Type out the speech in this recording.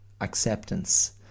acceptance